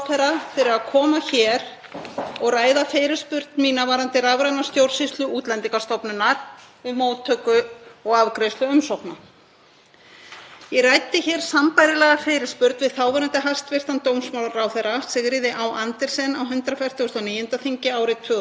Ég ræddi sambærilega fyrirspurn við þáverandi hæstv. dómsmálaráðherra, Sigríði Á. Andersen, á 149. þingi árið 2019. Þá hafði Ríkisendurskoðun nýlega skilað skýrslu um málsmeðferð og verklagsreglur Útlendingastofnunar sem unnin var að beiðni Alþingis.